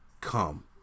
come